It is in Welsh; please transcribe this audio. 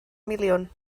miliwn